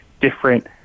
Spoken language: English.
different